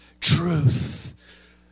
truth